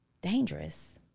dangerous